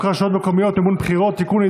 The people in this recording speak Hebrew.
הרשויות המקומיות (מימון בחירות) (תיקון,